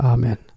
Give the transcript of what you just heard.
Amen